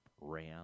Ram